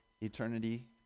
eternity